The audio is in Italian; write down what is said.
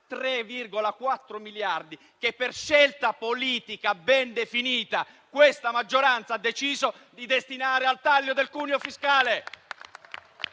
3,4 miliardi di euro, che con una scelta politica ben definita la maggioranza ha deciso di destinare al taglio del cuneo fiscale.